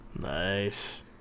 Nice